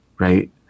Right